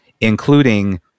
including